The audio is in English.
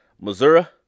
Missouri